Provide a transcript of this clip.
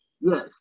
Yes